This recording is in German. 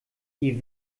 die